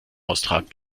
austragen